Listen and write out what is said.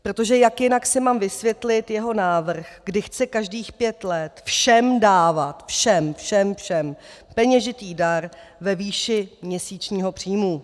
Protože jak jinak si mám vysvětlit jeho návrh, kdy chce každých pět let všem dávat, všem, všem, všem, peněžitý dar ve výši měsíčního příjmu?